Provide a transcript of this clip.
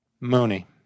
Mooney